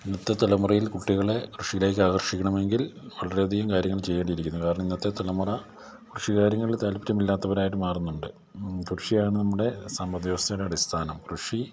ഇന്നത്തെ തലമുറയിൽ കുട്ടികളെ കൃഷിയിലേക്ക് ആകർഷിക്കണമെങ്കിൽ വളരെയധികം കാര്യങ്ങൾ ചെയ്യേണ്ടിരിക്കുന്നു കാരണം ഇന്നത്തെ തലമുറ കൃഷി കാര്യങ്ങളില് താൽപര്യമില്ലാത്തവരായിട്ട് മാറുന്നുണ്ട് കൃഷിയാണ് നമ്മുടെ സമ്പദ് വ്യവസ്ഥയുടെ അടിസ്ഥാനം കൃഷി